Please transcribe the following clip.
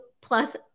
plus